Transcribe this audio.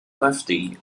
lefty